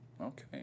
Okay